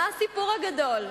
מה הסיפור הגדול?